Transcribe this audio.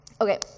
Okay